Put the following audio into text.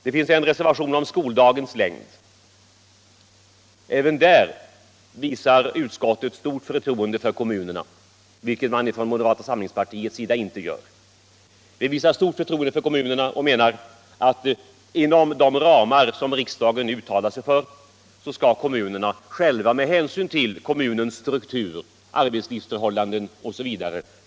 En reservation har också avgivits om skoldagens längd. Även där visar utskottet stort förtroende för kommunerna, vilket man inte gör från mo Nr 134 derata samlingspartiets sida. Utskottet menar att inom de ramar som Fredagen den riksdagen nu uttalar sig för skall kommunerna själva kunna avgöra skol 21 maj 1976 dagens längd med hänsyn tagen till kommunens struktur, arbetslivs+== —— förhållanden osv.